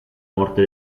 morte